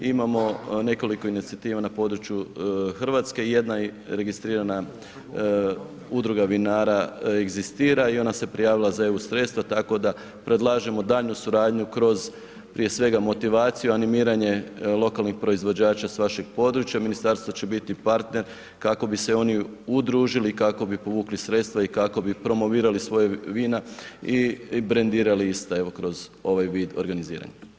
Imamo nekoliko inicijativa na području Hrvatske, jedna registrirana udruga vinara egzistira i ona se prijavila za EU sredstva, tako da predlažemo daljnju suradnju kroz, prije svega, motivaciju, animiranje lokalnih proizvođača s vašeg područja, ministarstvo će biti partner kako bi se oni udružili i kako bi povukli sredstva i kako bi promovirali svoja vina i brendirali iste, evo kroz ovaj vid organiziranja.